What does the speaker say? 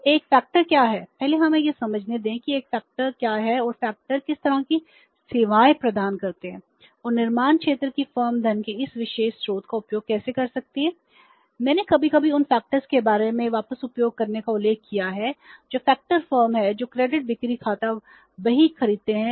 तो एक फैक्टर किस तरह की सेवाएं प्रदान करते हैं